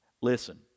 listen